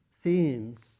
themes